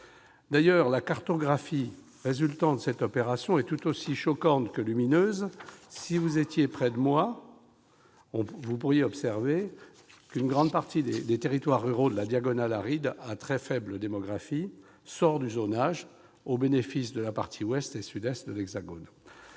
D'ailleurs, la cartographie résultant de cette opération est tout aussi choquante que lumineuse. En effet, une grande partie des territoires ruraux de la diagonale aride à très faible démographie sort du zonage, au bénéfice d'une large partie ouest et sud-est de l'Hexagone.